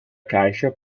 caixa